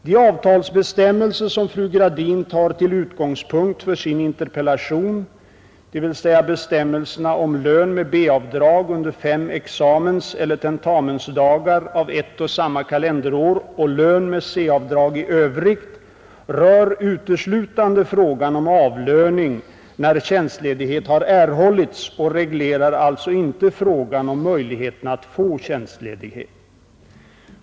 De avtalsbestämmelser som fru Gradin tar till utgångspunkt för sin interpellation — dvs. bestämmelserna om lön med B-avdrag under fem examenseller tentamensdagar av ett och samma kalenderår och lön med C-avdrag i övrigt — rör uteslutande frågan om avlöning när tjänstledighet har erhållits och reglerar alltså inte frågan om möjligheterna att få tjänstledighet.